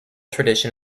tradition